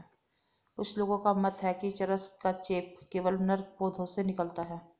कुछ लोगों का मत है कि चरस का चेप केवल नर पौधों से निकलता है